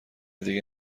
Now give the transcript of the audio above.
دیگه